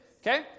Okay